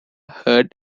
heard